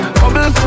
bubble